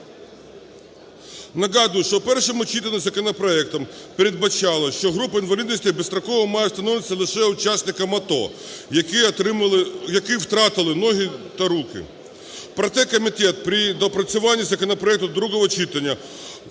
Нагадую, що у першому читанні законопроектом передбачалось, що група інвалідності безстроково має встановлюватися лише учасникам АТО, які втратили ноги та руки. Проте комітет при доопрацюванні законопроекту до другого читання